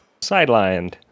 sidelined